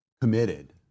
committed